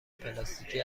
پلاستیکی